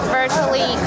virtually